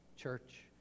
church